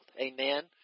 Amen